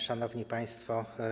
Szanowni Państwo!